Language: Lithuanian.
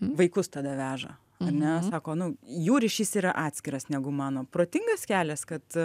vaikus tada veža ane sako nu jų ryšys yra atskiras negu mano protingas kelias kad